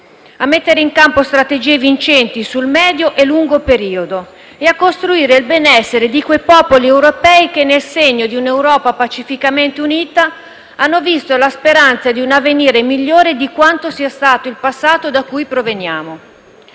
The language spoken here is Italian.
a mettere in campo strategie vincenti sul medio e lungo periodo e a costruire il benessere di quei popoli europei che, nel segno di un'Europa pacificamente unita, hanno visto la speranza di un avvenire migliore di quanto sia stato il passato da cui proveniamo.